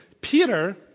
Peter